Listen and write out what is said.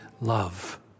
love